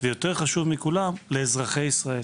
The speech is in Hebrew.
ויותר חשוב מכולם לאזרחי ישראל.